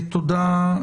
תודה,